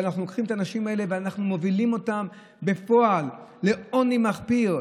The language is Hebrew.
שאנחנו לוקחים את הנשים האלה ואנחנו מובילים אותן בפועל לעוני מחפיר.